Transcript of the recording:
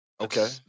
Okay